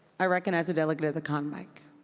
i recognize the delegate at the con mic.